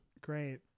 Great